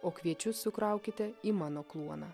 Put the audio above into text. o kviečius sukraukite į mano kluoną